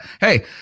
hey